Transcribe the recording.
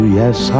yes